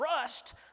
trust